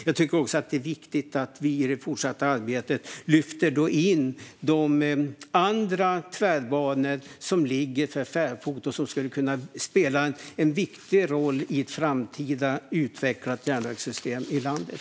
Jag tycker också att det är viktigt att vi i det fortsatta arbetet lyfter in andra tvärbanor som ligger för fäfot och som skulle kunna spela en viktig roll i ett framtida utvecklat järnvägssystem i landet.